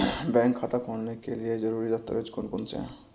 Bank खाता खोलने के लिए ज़रूरी दस्तावेज़ कौन कौनसे हैं?